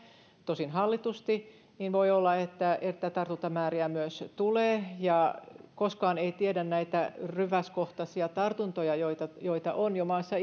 tosin hallitusti niin voi olla että että tartuntamääriä myös tulee ja koskaan ei tiedä näitä ryväskohtaisia tartuntoja joita joita on jo maassa